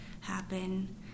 happen